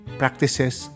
practices